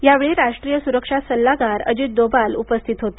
या वेळी राष्ट्रीय सुरक्षा सल्लागार अजित डोभाल उपस्थित होते